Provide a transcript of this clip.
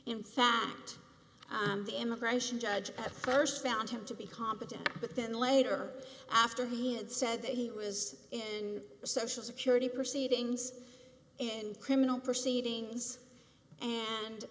in fact the immigration judge at st found him to be competent but then later after he had said that he was in social security proceedings and criminal proceedings and